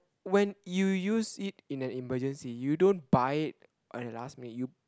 when you use it in an emergency you don't buy it at the last minute